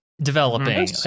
developing